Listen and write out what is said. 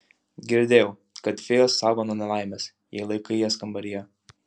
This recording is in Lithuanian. girdėjau kad fėjos saugo nuo nelaimės jei laikai jas kambaryje